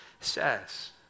says